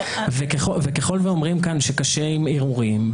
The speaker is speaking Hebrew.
וככל שאומרים כאן שקשה עם ערעורים,